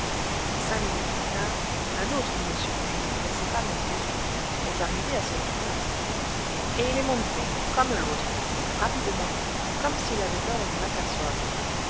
cinq minutes plus tard un autre monsieur que je ne connaissais pas non plus est arrivé à son tour et il est monté comme l'autre rapidement comme s'il avait peur qu'on l'aperçoive